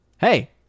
Hey